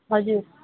हजुर